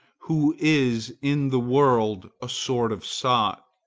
who is in the world a sort of sot,